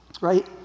right